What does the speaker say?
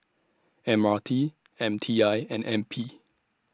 M R T M T I and N P